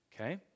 okay